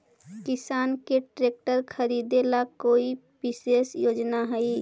किसान के ट्रैक्टर खरीदे ला कोई विशेष योजना हई?